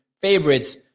favorites